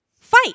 fight